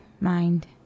mind